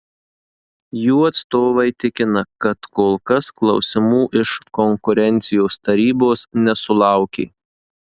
jų atstovai tikina kad kol kas klausimų iš konkurencijos tarybos nesulaukė